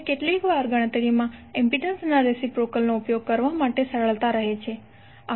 હવે કેટલીકવાર ગણતરીમાં ઇમ્પિડન્સના રેસિપ્રોકલ નો ઉપયોગ કરવામાં સરળતા રહે છે છે